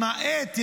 למעט ירושלים,